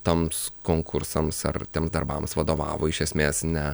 toms konkursams ar tiems darbams vadovavo iš esmės ne